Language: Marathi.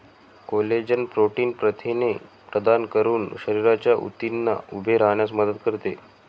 कोलेजन प्रोटीन प्रथिने प्रदान करून शरीराच्या ऊतींना उभे राहण्यास मदत करते